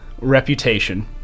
reputation